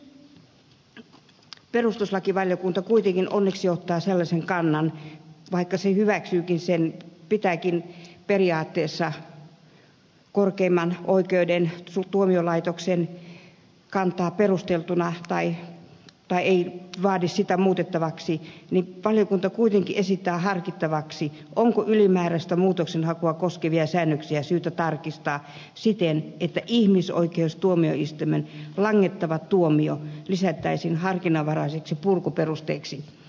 nyt perustuslakivaliokunta kuitenkin vaikka se pitääkin periaatteessa korkeimman oikeuden ja tuomiolaitoksen kantaa perusteltuna tai ei vaadi sitä muutettavaksi onneksi esittää harkittavaksi onko ylimääräistä muutoksenhakua koskevia säännöksiä syytä tarkistaa siten että ihmisoikeustuomioistuimen langettava tuomio lisättäisiin harkinnanvaraiseksi purkuperusteeksi